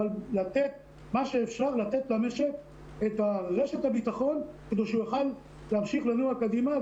אבל מה שאפשר לתת למשק את רשת הביטחון כדי שיוכל להמשיך לנוע קדימה.